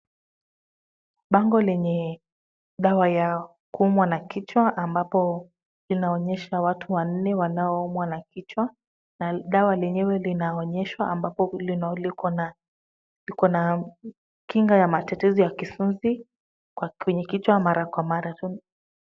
Bango lenye dawa ya kuumwa na kichwa ambapo inaonyesha watu wanne wanaoumwa na kichwa na dawa lenyewe linaonyeshwa ambapo liko na kinga ya matatizo ya kisunzi kwenye kichwa mara kwa mara.